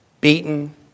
beaten